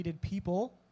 people